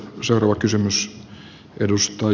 surua kysymys tarvitsisikaan